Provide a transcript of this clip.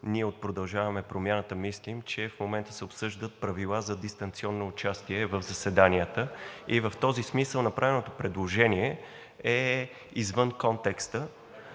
ние от „Продължаваме Промяната“ мислим, е, че в момента се обсъждат правила за дистанционно участие в заседанията и в този смисъл направеното предложение е извън контекста.